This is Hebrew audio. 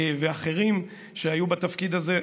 ואחרים שהיו בתפקיד הזה,